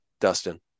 Dustin